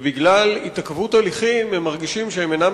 ובגלל התעכבות הליכים הם מרגישים שהם אינם